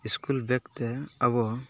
school bag ᱛᱮ ᱟᱵᱚ